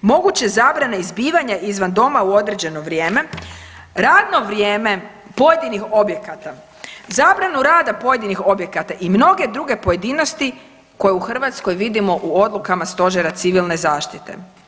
moguće zabrane izbivanja izvan doma u određeno vrijeme, radno vrijeme pojedinih objekata, zabranu rada pojedinih objekata i mnoge druge pojedinosti koje u Hrvatskoj vidimo u odlukama stožera civilne zaštite.